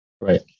right